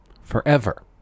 forever